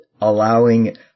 allowing